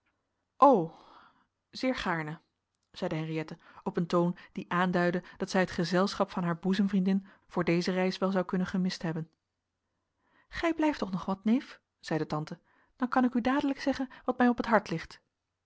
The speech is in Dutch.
o zeer gaarne zeide henriëtte op een toon die aanduidde dat zij het gezelschap van haar boezemvriendin voor deze reis wel zou kunnen gemist hebben gij blijft toch nog wat neef zeide tante dan kan ik u dadelijk zeggen wat mij op het hart ligt